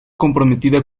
comprometida